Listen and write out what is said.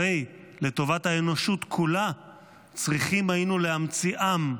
הרי לטובת האנושות כולה צריכים היינו להמציא עם,